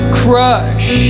crush